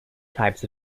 types